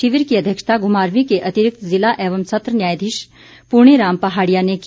शिविर की अध्यक्षता घुमारवीं के अतिरिक्त ज़िला एवं सत्र न्यायाधीश पुणे राम पहाड़िया ने की